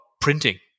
printing